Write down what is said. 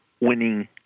winning